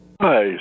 Hi